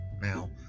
now